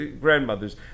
grandmothers